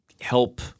help –